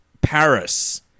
Paris